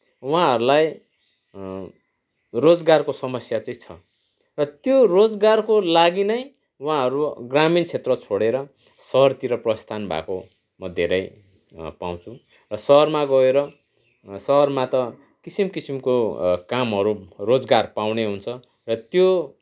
उहाँहरूलाई रोजगारको समस्या चाहिँ छ र त्यो रोजगारको लागि नै उहाँहरू ग्रामीण क्षेत्र छोडे्र सहरतिर प्रस्थान भएको म धेरै पाउँछु र सहरमा गएर सहरमा त किसिम किसिमको कामहरू रोजगार पाउने हुन्छ र त्यो